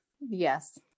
Yes